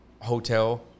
hotel